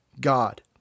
God